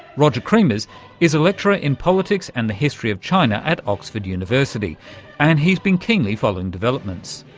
rogier creemers is a lecturer in politics and the history of china at oxford university and he's been keenly following developments.